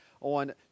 on